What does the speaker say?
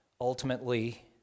ultimately